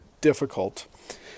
difficult